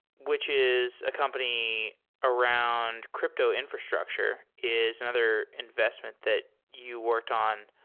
which is a company around crypto infrastructure is another investment that you worked on.